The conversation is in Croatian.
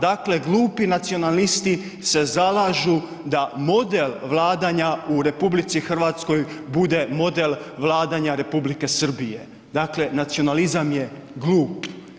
Dakle glupi nacionalisti se zalažu da model vladanja u RH bude model vladanje Republike Srbije, dakle nacionalizam je glup.